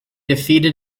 defeated